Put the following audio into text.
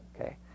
okay